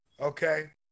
okay